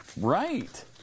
Right